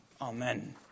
Amen